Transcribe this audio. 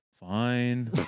Fine